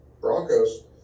Broncos